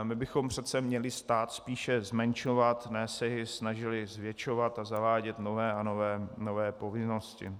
My bychom přece měli stát spíše zmenšovat, ne se jej snažili zvětšovat a zavádět nové a nové povinnosti.